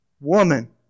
woman